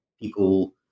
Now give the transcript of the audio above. people